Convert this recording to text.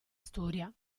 storia